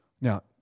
Now